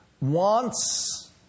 wants